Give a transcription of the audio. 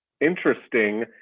interesting